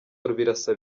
birasa